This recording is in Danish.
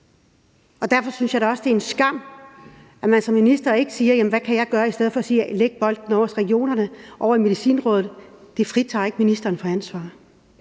Derfor synes jeg da også, at det er en skam, at man som minister ikke siger: Hvad kan jeg gøre? I stedet for lægger man bolden ovre hos regionerne, ovre hos Medicinområdet. Det fritager ikke ministeren for ansvar.